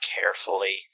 carefully